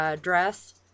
dress